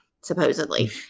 supposedly